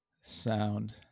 sound